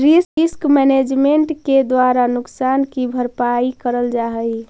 risk management के द्वारा नुकसान की भरपाई करल जा हई